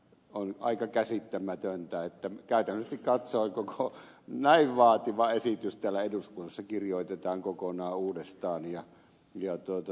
on aika käsittämätöntä että käytännöllisesti katsoen näin vaativa esitys täällä eduskunnassa kirjoitetaan kokonaan uudestaan